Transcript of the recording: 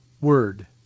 word